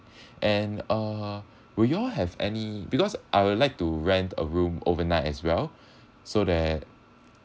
and uh would you all have any because I would like to rent a room overnight as well so that